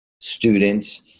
students